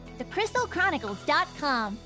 thecrystalchronicles.com